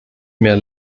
mehr